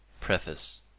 Preface